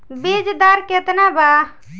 बीज दर केतना बा?